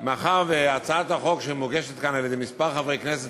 מאחר שהצעת החוק שמוגשת כאן על-ידי כמה חברי כנסת